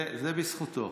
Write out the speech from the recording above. זה בזכותו.